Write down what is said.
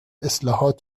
اصلاحات